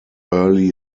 early